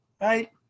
right